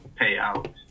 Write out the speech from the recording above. payout